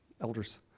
elders